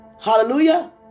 hallelujah